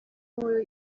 uwo